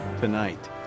tonight